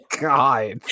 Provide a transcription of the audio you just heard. God